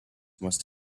must